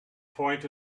point